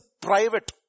private